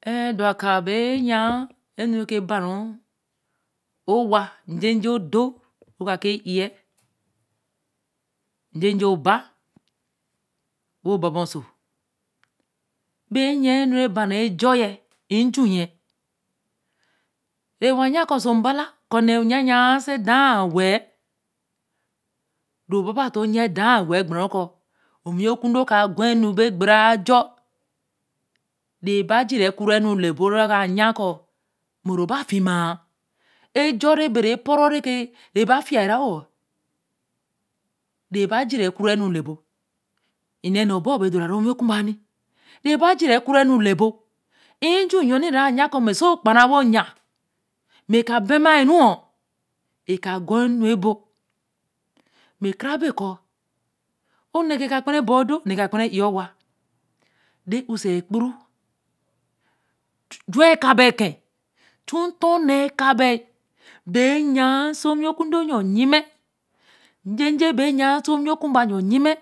Edor a lea be yen enu ra ba ku owa njeje odoo ru kaa e yen njeje oba wo ba oso be yen enu re ba ru ejo ye nju yen re wa yen ko oso mba la oku ne yen yen edaa le le ru ba ba tōo yen edaa wēe gbere ko owi ku odo ka gor nu re jo re bajira ku ra enu kor bora yen ko mur ba fima ejo re ke bere poru eke reba fiya ra o re bajira ekura kura enu lor bo ene ne boo be doreru owi oku mba ni re bajira ekuranu lor bo eju yini rayen ko mme se kpara wo yen mme ka ban māa ru eka gor enu bo mme kara be ko o ne ka kpa ra be boo odo ka kpa ra be inn owa re hm sa ekpe ru ju wa eka baie ken chu ntor nee eka bai be yen si owi oku odo yo lyime njeje be yen si owi ku mba lyime